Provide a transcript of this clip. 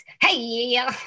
Hey